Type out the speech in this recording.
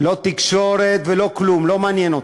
לא תקשורת ולא כלום לא מעניין אותי.